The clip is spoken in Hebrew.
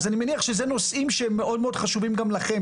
אז אני מניח שאלה נושאים שמאוד חשובים גם לכם,